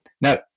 now